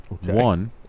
One